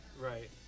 Right